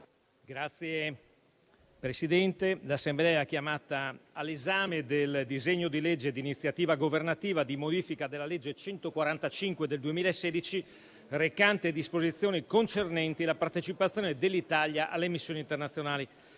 Signor Presidente, l'Assemblea è chiamata all'esame del disegno di legge di iniziativa governativa di modifica della legge n. 145 del 2016 recante disposizioni concernenti la partecipazione dell'Italia alle missioni internazionali.